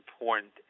important